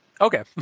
Okay